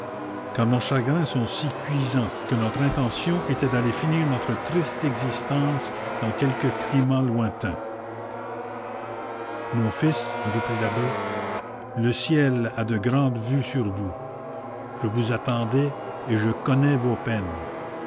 car nos chagrins sont si cuisans que notre intention était d'aller finir notre triste existence dans quelques climats lointains mon fils reprit l'abbé le ciel a de grandes vues sur vous je vous attendais et je connais vos peines